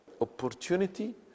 opportunity